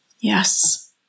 Yes